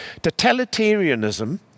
totalitarianism